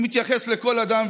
הוא מתייחס לכל אדם,